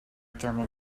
thermal